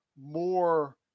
more